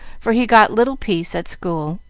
for he got little peace at school.